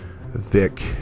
Vic